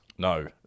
No